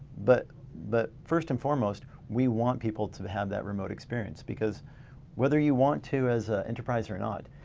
but but first and foremost, we want people to have that remote experience. because whether you want to as an enterprise or not,